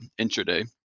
intraday